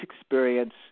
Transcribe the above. experience